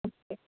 okay